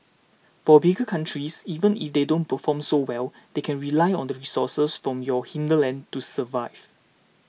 for bigger countries even if they don't perform so well they can rely on the resources from your hinterland to survive